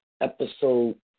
episode